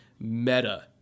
meta